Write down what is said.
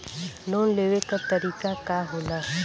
Loan लेवे क तरीकाका होला?